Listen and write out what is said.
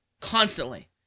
constantly